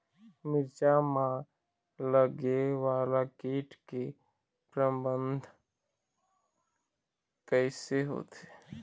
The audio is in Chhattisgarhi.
मिरचा मा लगे वाला कीट के प्रबंधन कइसे होथे?